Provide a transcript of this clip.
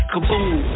Kaboom